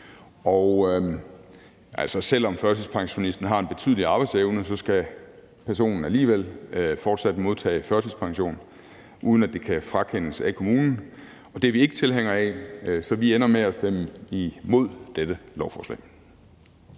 Altså, selv om førtidspensionisten har en betydelig arbejdsevne, skal personen alligevel fortsat modtage førtidspension, uden at det kan frakendes af kommunen, og det er vi ikke tilhængere af, så vi ender med at stemme imod dette lovforslag.